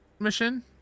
mission